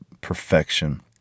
perfection